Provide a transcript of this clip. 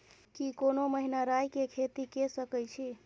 की कोनो महिना राई के खेती के सकैछी?